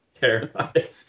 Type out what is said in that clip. Terrified